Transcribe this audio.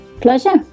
Pleasure